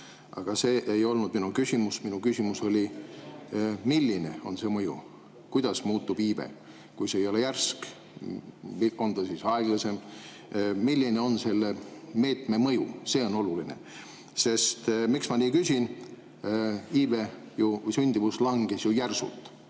aga see ei olnud minu küsimus. Mu küsimus oli, milline on see mõju. Kuidas muutub iive? Kui see ei ole järsk, on ta siis aeglasem? Milline on selle meetme mõju? See on oluline. Miks ma nii küsin? Iive ja sündimus langes järsult.